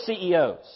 CEOs